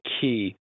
key